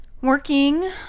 working